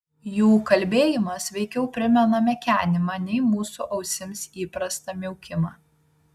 jų kalbėjimas veikiau primena mekenimą nei mūsų ausims įprastą miaukimą